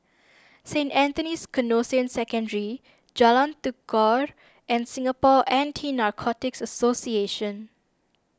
Saint Anthony's Canossian Secondary Jalan Tekukor and Singapore Anti Narcotics Association